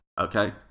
okay